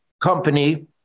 company